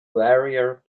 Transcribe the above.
warrior